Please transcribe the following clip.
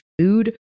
food